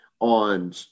on